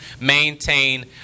maintain